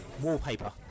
Wallpaper